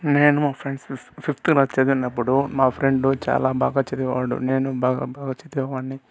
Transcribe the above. నేను మా friends fifth class చదివినప్పుడు మా ఫ్రెండ్ చాలా బాగా చదివేవాడు నేను బాగా బాగా చదివేవాణ్ణి